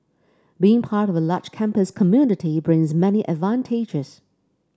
being part of a large campus community brings many advantages